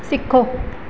सिखो